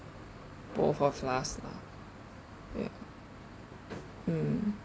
both of us lah ya mm